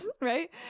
Right